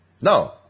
No